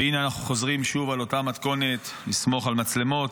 והינה אנחנו חוזרים שוב על אותה מתכונת: לסמוך על מצלמות,